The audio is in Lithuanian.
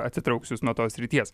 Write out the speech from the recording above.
atitrauks jus nuo tos srities